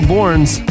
Borns